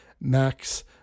Max